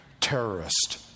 terrorist